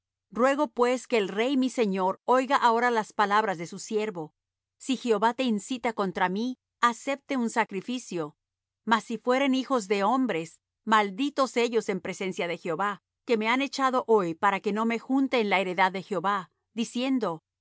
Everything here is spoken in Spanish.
ruego pues que el rey mi señor oiga ahora las palabras de su siervo si jehová te incita contra mí acepte un sacrificio mas si fueren hijos de hombres malditos ellos en presencia de jehová que me han echado hoy para que no me junte en la heredad de jehová diciendo